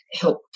help